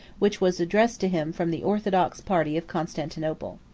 which was addressed to him from the orthodox party of constantinople.